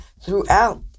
throughout